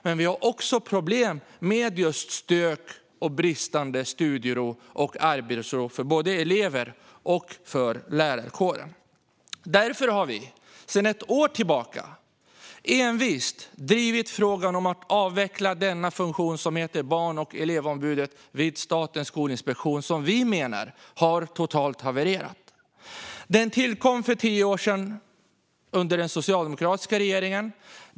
Men det är också problem med just stök och bristande studie och arbetsro för både elever och lärarkåren. Därför har vi sedan ett år tillbaka envist drivit frågan om att avveckla den funktion som heter Barn och elevombudet vid Statens skolinspektion, som vi menar har totalt havererat. Den tillkom för tio år sedan under den socialdemokratiska regeringen.